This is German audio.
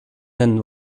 nennen